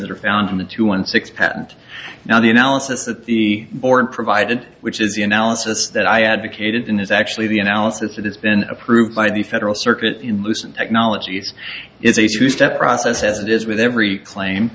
that are found in the two one six patent now the analysis that the board provided which is the analysis that i advocated in is actually the analysis that has been approved by the federal circuit in lucent technologies is a two step process as it is with every claim